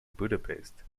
budapest